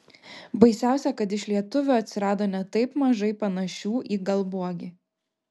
baisiausia kad iš lietuvių atsirado ne taip mažai panašių į galbuogį